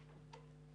תא"ל (מיל.)